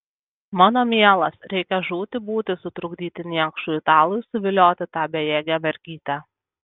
mano mielas reikia žūti būti sutrukdyti niekšui italui suvilioti tą bejėgę mergytę